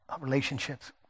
relationships